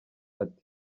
ati